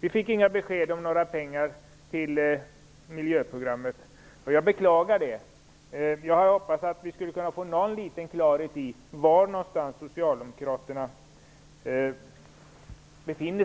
Vi fick inga besked om några pengar till miljöprogrammet, och jag beklagar det. Jag hade hoppats att vi skulle kunna få någon liten klarhet i var någonstans socialdemokraterna